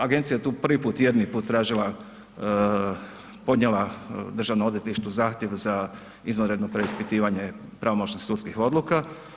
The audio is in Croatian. Agencija je tu prvi put i jedini put tražila, podnijela Državnom odvjetništvu zahtjev za izvanredno preispitivanje pravomoćnih sudskih odluka.